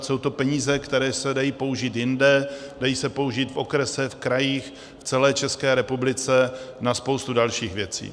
Jsou to peníze, které se dají použít jinde, dají se použít v okresech, v krajích, v celé České republice, na spoustu dalších věcí.